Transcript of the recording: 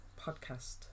podcast